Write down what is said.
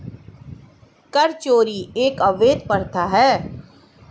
कर चोरी एक अवैध प्रथा है